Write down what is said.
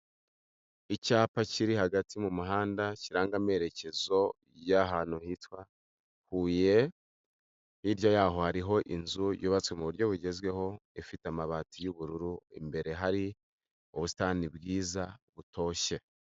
Icyapa kiri hagati mu muhanda kiranga amerekezo y'ahantu hitwa Huye, hirya yaho hariho inzu yubatswe mu buryo bugezweho ifite amabati y'ubururu, imbere hari ubusitani bwiza butoshye.